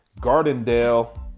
Gardendale